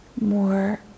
More